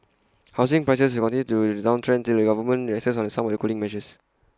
housing prices will continue on the downtrend till the government relaxes some of the cooling measures